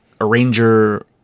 arranger